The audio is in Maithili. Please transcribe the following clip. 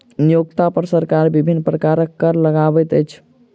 नियोक्ता पर सरकार विभिन्न प्रकारक कर लगबैत अछि